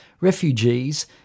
refugees